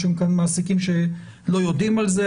יש מעסיקים שלא יודעים על זה,